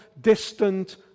distant